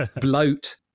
bloat